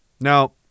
Now